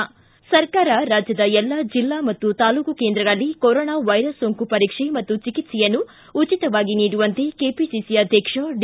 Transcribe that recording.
ಿ ಸರ್ಕಾರ ರಾಜ್ಯದ ಎಲ್ಲ ಜಿಲ್ಲಾ ಮತ್ತು ತಾಲೂಕು ಕೇಂದ್ರಗಳಲ್ಲಿ ಕೊರೋನಾ ವೈರಸ್ ಸೋಂಕು ಪರೀಕ್ಷೆ ಹಾಗೂ ಚಿಕಿತ್ಸೆಯನ್ನು ಉಚಿತವಾಗಿ ನೀಡುವಂತೆ ಕೆಪಿಸಿಸಿ ಅಧ್ಯಕ್ಷ ಡಿ